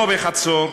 לא בחצור,